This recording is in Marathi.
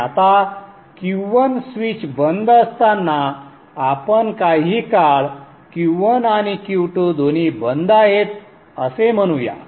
आणि आता Q1 स्विच बंद असताना आपण काही काळ Q1 आणि Q2 दोन्ही बंद आहेत असे म्हणूया